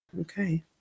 Okay